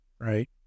right